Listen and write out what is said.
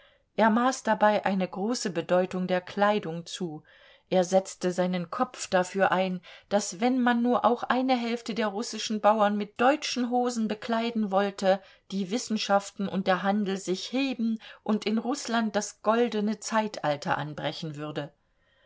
er maß dabei eine große bedeutung der kleidung zu er setzte seinen kopf dafür ein daß wenn man nur auch eine hälfte der russischen bauern mit deutschen hosen bekleiden wollte die wissenschaften und der handel sich heben und in rußland das goldene zeitalter anbrechen würde